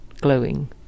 glowing